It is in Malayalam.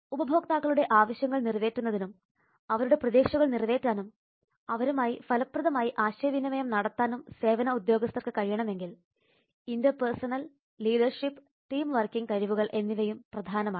ഉപഭോക്താക്കളുടെ ആവശ്യങ്ങൾ നിറവേറ്റുന്നതിനും അവരുടെ പ്രതീക്ഷകൾ നിറവേറ്റാനും അവരുമായി ഫലപ്രദമായി ആശയവിനിമയം നടത്താനും സേവന ഉദ്യോഗസ്ഥർക്ക് കഴിയണമെങ്കിൽ ഇൻറർപേഴ്സണൽ ലീഡർഷിപ്പ് ടീം വർക്കിംഗ് കഴിവുകൾ എന്നിവയും പ്രധാനമാണ്